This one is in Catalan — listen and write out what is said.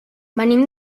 venim